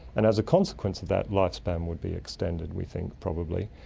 and as a consequence of that, lifespan would be extended we think, probably.